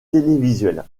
télévisuelles